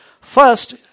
First